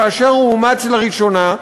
כאשר הוא אומץ לראשונה,